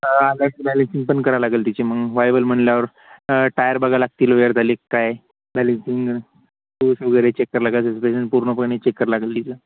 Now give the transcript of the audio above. तर आता बॅलेन्सिंग पण करा लागेल तिची मग वायबल म्हटल्यावर टायर बघा लागतील वेअरबेलीक काय बॅलेन्सिंग टूब वगैरे चेक करा लागेल सस्पेंशन पूर्णपणे चेक करा लागेल तिचं